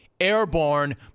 Airborne